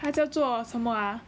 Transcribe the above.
他叫做什么 ah